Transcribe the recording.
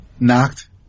knocked